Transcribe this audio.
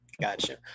Gotcha